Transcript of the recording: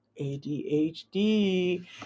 ADHD